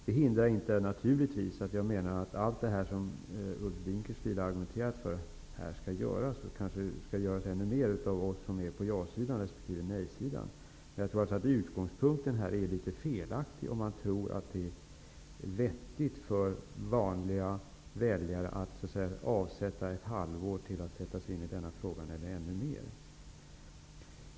Det hindrar naturligtvis inte att jag tycker att allt det Ulf Dinkelspiel här har argumenterat för skall göras och göras i ännu större utsträckning av oss som är på ja-sidan resp. nej-sidan. Men jag tror att utgångspunkten är litet felaktig om man tror att det är vettigt för vanliga väljare att avsätta ett halvår eller ännu mer för att sätta sig in i frågan.